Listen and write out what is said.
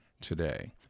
today